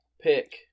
pick